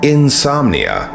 Insomnia